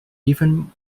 even